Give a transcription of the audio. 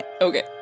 Okay